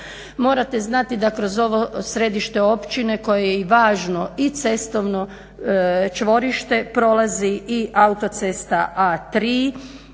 Morate znati da kroz ovo središte općine koje i važno i cestovno čvorište prolazi i autocesta A3,